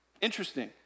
Interesting